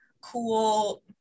cool